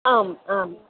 आम् आम्